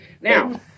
Now